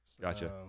Gotcha